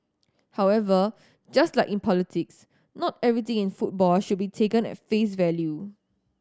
however just like in politics not everything in football should be taken at face value